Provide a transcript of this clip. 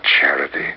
charity